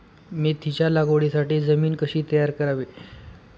मेथीच्या लागवडीसाठी जमीन कशी तयार करावी?